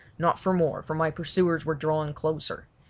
not for more, for my pursuers were drawing closer.